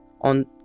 on